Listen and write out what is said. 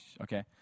Okay